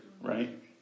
right